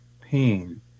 pain